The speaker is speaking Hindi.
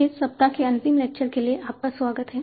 इस सप्ताह के अंतिम लेक्चर के लिए आपका स्वागत है